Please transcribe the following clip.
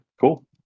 cool